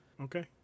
Okay